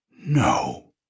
No